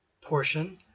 portion